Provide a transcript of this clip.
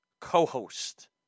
co-host